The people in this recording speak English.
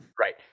Right